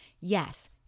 yes